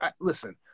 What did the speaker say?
Listen